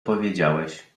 powiedziałeś